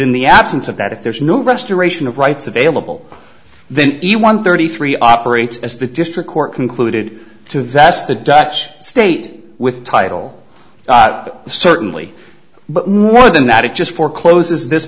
in the absence of that if there is no restoration of rights available then the one thirty three operates as the district court concluded to vest the dutch state with title certainly but more than that it just for close is this